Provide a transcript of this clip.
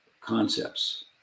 concepts